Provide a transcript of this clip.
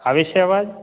આવે છે અવાજ